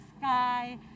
sky